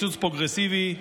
קיצוץ פרוגרסיבי.